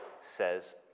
says